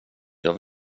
jag